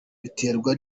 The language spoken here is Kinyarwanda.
biterwa